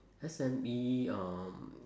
S_M_E um